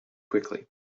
quickly